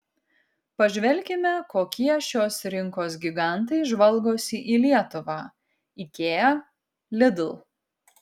pažvelkime kokie šios rinkos gigantai žvalgosi į lietuvą ikea lidl